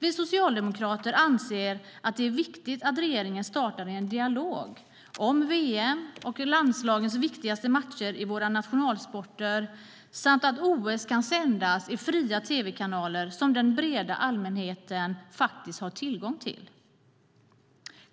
Vi socialdemokrater anser att det är viktigt att regeringen startar en dialog om att VM och landslagens viktigaste matcher i våra nationalsporter samt OS kan sändas i fria tv-kanaler som den breda allmänheten faktiskt har tillgång till.